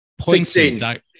Sixteen